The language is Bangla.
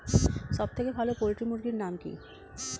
সবথেকে ভালো পোল্ট্রি মুরগির নাম কি?